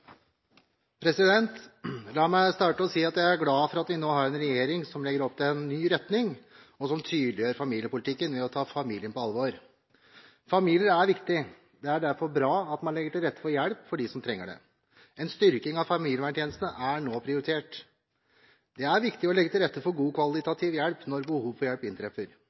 til. La meg starte med å si at jeg er glad for at vi nå har en regjering som legger opp til en ny retning, og som tydeliggjør familiepolitikken ved å ta familien på alvor. Familier er viktig, og det er derfor bra at man legger til rette for hjelp for dem som trenger det. En styrking av familieverntjenesten er nå prioritert. Det er viktig å legge til rette for god, kvalitativ hjelp når behov for hjelp inntreffer,